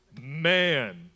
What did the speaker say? man